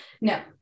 no